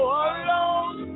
alone